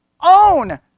own